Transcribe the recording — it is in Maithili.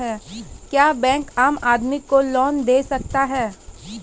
क्या बैंक आम आदमी को लोन दे सकता हैं?